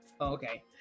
Okay